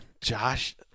Josh